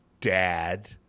Dad